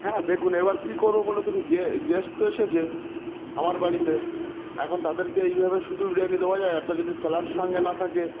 হ্যাঁ দেখুন এবার কি করবো বলেত গেস্ট তো এসেছে আমার বাড়িতে এখন তাদেরকে এইভাবে শুধু বিরিয়ানি দেওয়া যায় একটা যদি স্যালাড সঙ্গে না থাকে